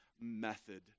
method